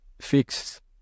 fixed